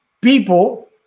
people